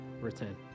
return